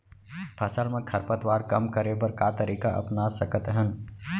फसल मा खरपतवार कम करे बर का तरीका अपना सकत हन?